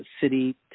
City